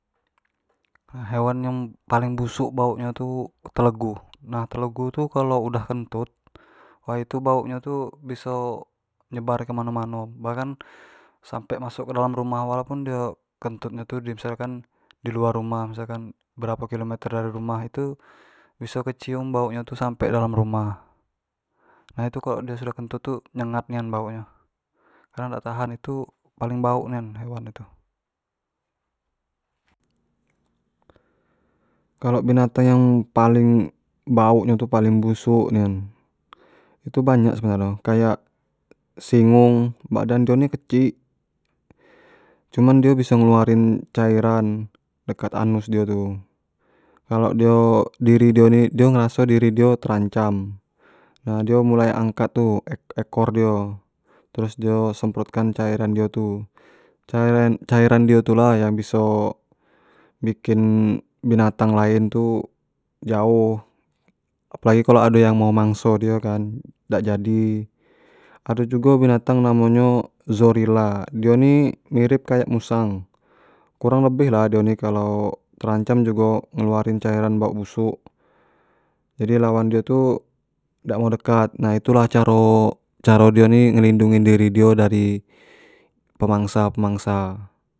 hewan yang paling busuk bauk nyo tu telegu, nah telegu tu kalau udah kentut, wai tu bauk nyo tu biso nyebar kemano-mano, bahkan sampe masuk kedalam rumah, walaupun dio kentut tu misalkan di luar rumah, misalkan beberapo kilo meter dari rumah itu biso kecium baruk nyo tu sampe ke dalam rumah, nah itu tu kalo dio sudah kentut tu nyengat nian bauk nyo, yang dak tahan itu paling bauk nian hewan itu kalau binatang yang paling, bauk nyo paling busuk nian tu banyak sebenarnyo kayak singung, badan nyo kecik, cuma dio biso ngelurin cairan deket anus dio tu, kalo dio, diri dio ini, dio ngeraso diri dio terancam, dio mulai angkat tu ek-ekor dio, terus dio semprotkan tu cairan dio tu, cairan io itulah yang biso, bikin binatang lain tu jauh, apolagi kalau ado yang mau mangso dio kan dak jadi, ado jugo binatang yang namonyo zorila, dio ini mirip kek musang, kurang lebih dio ini kalau terancam jugo ngelaurin cairan bauk busuk jadi lawan dio tu dak mau dekat, nah itulah caro-caro dio ini ngelindungin diri dio dari pemangsa-pemangsa.